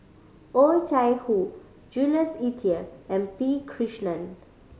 Oh Chai Hoo Jules Itier and P Krishnan